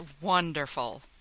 wonderful